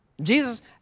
Jesus